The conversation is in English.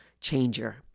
changer